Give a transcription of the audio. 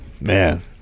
man